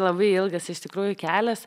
labai ilgas iš tikrųjų kelias